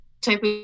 type